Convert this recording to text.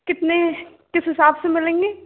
कितने किस हिसाब से मिलेंगे